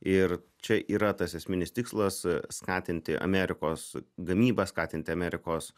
ir čia yra tas esminis tikslas skatinti amerikos gamybą skatinti amerikos